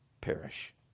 perish